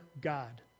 God